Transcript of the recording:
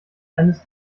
eines